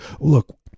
look